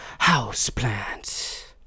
Houseplants